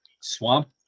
Swamp